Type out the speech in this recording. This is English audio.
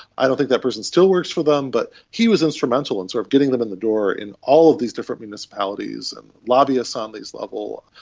i don't think that person still works for them, but he was instrumental in sort of getting them in the door in all of these different municipalities and lobbyists on this level,